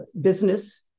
business